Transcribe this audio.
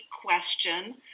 question